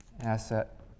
asset